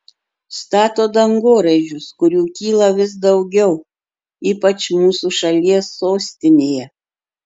stato dangoraižius kurių kyla vis daugiau ypač mūsų šalies sostinėje